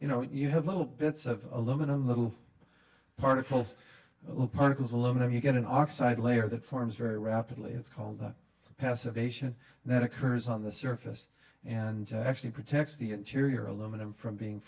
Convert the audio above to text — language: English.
you know you have little bits of aluminum little particles little particles aluminum you get an oxide layer that forms very rapidly it's called the passivation that occurs on the surface and actually protects the interior aluminum from being